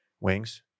Wings